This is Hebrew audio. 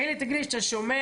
מילא תגיד לי שאתה שומר,